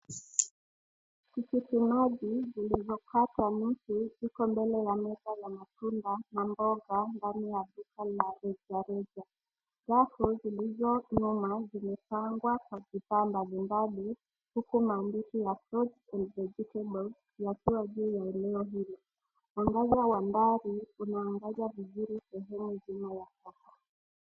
Tikitimaji vilivyokatwa nusu viko mbele ya meza ya matunda na mboga ndani ya duka la rejareja, rafu zilizosimama zimepangwa kwa vifaa mbali mbali huku maandishi ya Fruits and Vegetables yakiwa juu ya eneo hilo. Mwangaza wa mbali una angaza vizuri sehemu jina iko.